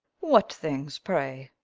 what things, pray?